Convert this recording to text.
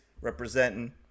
representing